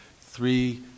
three